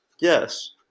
yes